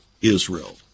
Israel